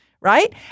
right